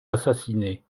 assassinée